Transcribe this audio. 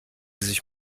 sich